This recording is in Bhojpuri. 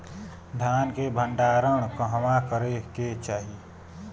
धान के भण्डारण कहवा करे के चाही?